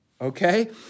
okay